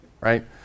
right